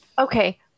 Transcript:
Okay